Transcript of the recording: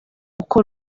uko